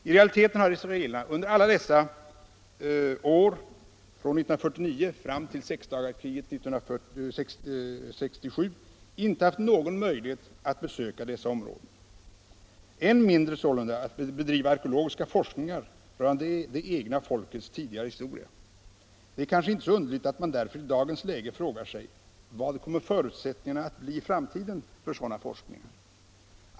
I realiteten har israelerna under alla dessa år, från 1949 fram till sexdagarskriget 1967, inte haft någon möjlighet att besöka dessa områden, än mindre att bedriva arkeologiska forskningar rörande det egna folkets tidigare historia. Därför är det kanske inte så underligt att man i dagens läge frågar sig: Vad kommer förutsättningarna att bli i framtiden för sådana forskningar?